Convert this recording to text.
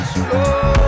slow